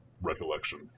recollection